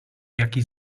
jaki